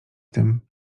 tym